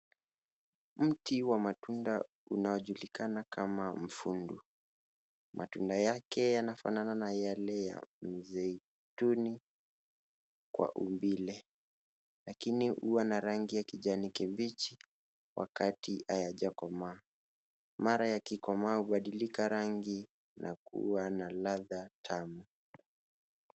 Mti wa matunda unaojulikana kama mfundu. Matunda yake yanafanana na yale ya mzeituni kwa umbile, lakini huwa na rangi ya kijani kibichi wakati hayajakomaa. Mara yakikomaa hubadilika rangi na kuwa na ladha tamu.